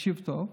תקשיב טוב,